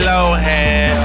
Lohan